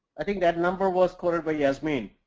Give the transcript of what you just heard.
i think that number was quoted but yeah i mean